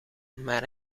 maar